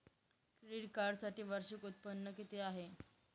Credit कार्डसाठी वार्षिक उत्त्पन्न किती हवे?